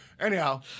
Anyhow